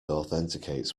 authenticates